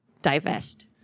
divest